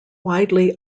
widely